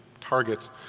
targets